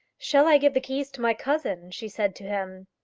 shall i give the keys to my cousin? she said to him.